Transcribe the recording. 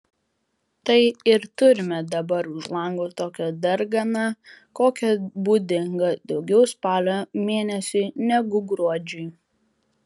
tai ir turime dabar už lango tokią darganą kokia būdinga daugiau spalio mėnesiui negu gruodžiui